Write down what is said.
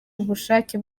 ubushake